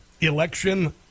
election